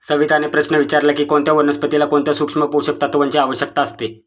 सविताने प्रश्न विचारला की कोणत्या वनस्पतीला कोणत्या सूक्ष्म पोषक तत्वांची आवश्यकता असते?